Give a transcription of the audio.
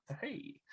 hey